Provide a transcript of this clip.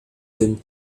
whom